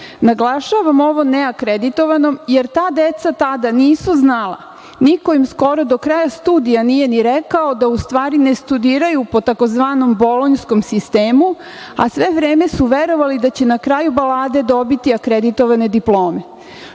Naglašavam ovo neakreditovanom jer ta deca tada nisu znala, niko im skoro do kraja studija nije ni rekao da u stvari ne studiraju po tzv. bolonjskom sistemu, a sve vreme su verovali da će na kraju balade dobiti akreditovane diplome. Šta